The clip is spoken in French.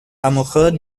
amoureux